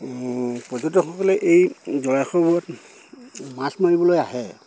পৰ্যটকসকলে এই মাছ মাৰিবলৈ আহে